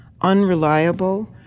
unreliable